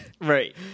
Right